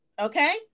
okay